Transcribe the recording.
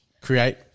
create